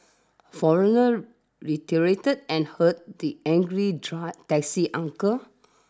foreigner retaliated and hurt the angry try taxi uncle